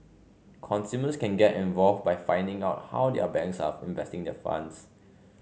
consumers can get involved by finding out how their banks are investing funds